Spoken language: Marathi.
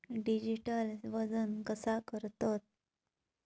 डिजिटल वजन कसा करतत?